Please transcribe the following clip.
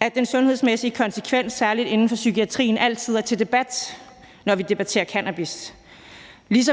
at den sundhedsmæssige konsekvens, særlig inden for psykiatrien, altid er til debat, når vi debatterer cannabis.